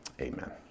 Amen